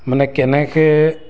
মানে কেনেকৈ